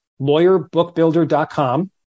lawyerbookbuilder.com